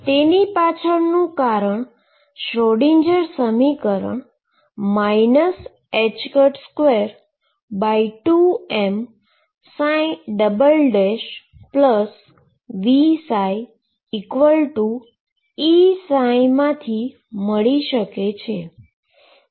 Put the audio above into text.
તેની પાછળનું કારણ શ્રોડિંજર સમીકરણ 22mVψEψ માંથી મળી શકે છે